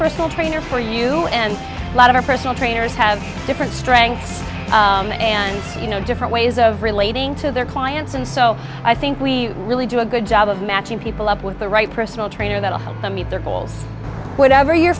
personal trainer for you and a lot of our personal trainers have different strengths and you know different ways of relating to their clients and so i think we really do a good job of matching people up with the right personal trainer that will help them meet their goals whatever your